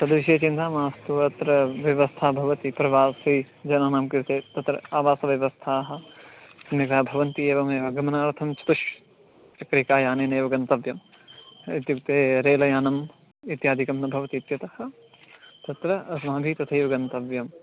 तद्विषये चिन्ता मास्तु अत्र व्यवस्था भवति प्रवासिजनानां कृते तत्र आवासव्यवस्थाः अन्यदा भवन्ति एवमेव आगमनार्थं चतुष् चक्रिका यानेनेव गन्तव्यं इत्युक्ते रेलयानम् इत्यादिकं न भवति इत्यतः तत्र अस्माभिः तथैव गन्तव्यं